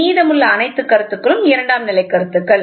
மீதமுள்ள அனைத்து கருத்துக்களும் இரண்டாம் நிலை கருத்துக்கள்